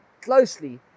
closely